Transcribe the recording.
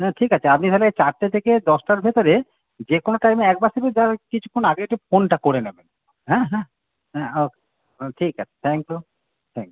না ঠিক আছে আপনি তালে চারটে থেকে দশটার ভেতরে যে কোনো টাইমে একবার শুধু যা কিছুক্ষণ একটু ফোনটা করে নেবেন হ্যাঁ হ্যাঁ হ্যাঁ ওকে ও ঠিক আছে থ্যাঙ্ক ইউ থ্যাঙ্ক ইউ